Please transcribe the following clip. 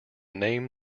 name